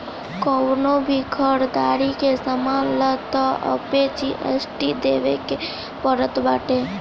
कवनो भी घरदारी के सामान लअ तअ ओपे जी.एस.टी देवे के पड़त बाटे